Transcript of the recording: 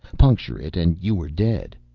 puncture it and you were dead.